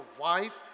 wife